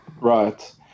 right